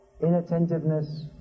inattentiveness